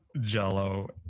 Jello